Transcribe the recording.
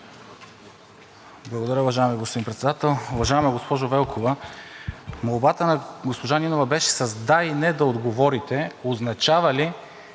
Благодаря, уважаеми господин Председател. Уважаема госпожо Велкова, молбата на госпожа Нинова беше с да и не да отговорите означава ли